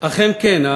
אכן כן,